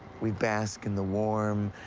we'd bask in the warm,